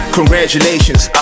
Congratulations